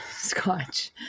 scotch